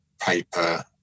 paper